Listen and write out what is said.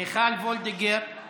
מיכל וולדיגר,